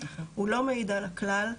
הוא לא מעיד על הכלל.